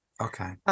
Okay